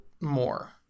more